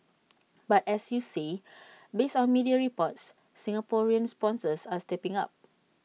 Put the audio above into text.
but as you see based on media reports Singaporean sponsors are stepping up